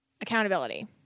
Accountability